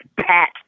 Pat